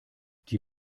die